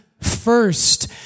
first